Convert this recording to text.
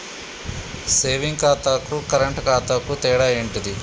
Saving ఖాతాకు current ఖాతాకు తేడా ఏంటిది?